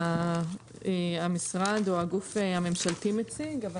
המשרד או הגוף הממשלתי מציג.